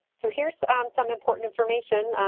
so here's some important information